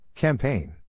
Campaign